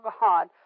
God